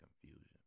confusion